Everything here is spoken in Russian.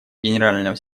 генерального